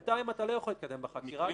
בינתיים אתה לא יכול להתקדם בחקירה.